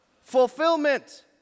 fulfillment